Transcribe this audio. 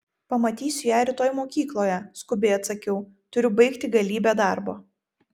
pamatysiu ją rytoj mokykloje skubiai atsakiau turiu baigti galybę darbo